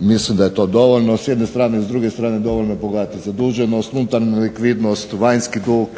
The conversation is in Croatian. Mislim da je to dovoljno s jedne strane. S druge strane dovoljno je pogledati zaduženost, unutarnju nelikvidnost, vanjski dug